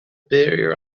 barrier